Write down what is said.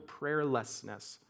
prayerlessness